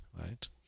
right